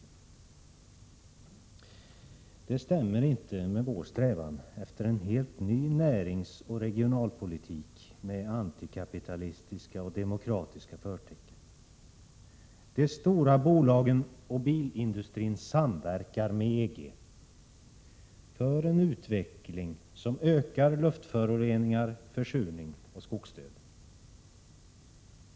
Det stämmer inte med vår strävan efter en helt ny näringsoch regionalpolitik med antikapitalistiska och demokratiska förtecken. De stora bolagen och bilindustrin samverkar med EG för en utveckling, som ökar luftföroreningar, försurning och skogsdöd.